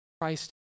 Christ